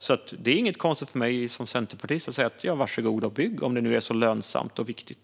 Det är alltså inget konstigt för mig som centerpartist att säga: Var så god och bygg, om det nu är så lönsamt och viktigt!